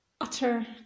utter